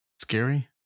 Scary